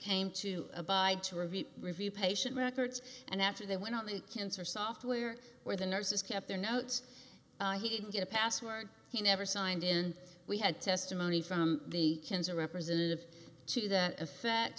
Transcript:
came to abide to review review patient records and after they went on the cancer software where the nurses kept their notes he didn't get a password he never signed in we had testimony from the cancer representative to that effect